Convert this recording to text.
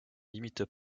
limite